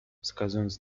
wskazując